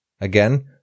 Again